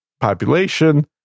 population